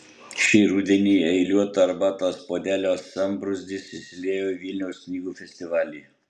šį rudenį eiliuoto arbatos puodelio sambrūzdis išsiliejo į vilniaus knygų festivalį